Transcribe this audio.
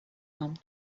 come